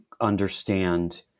understand